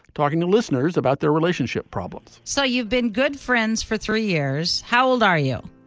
talking to listeners about their relationship problems so you've been good friends for three years. how old are you?